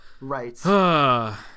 right